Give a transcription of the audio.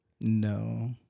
No